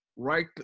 Right